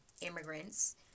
immigrants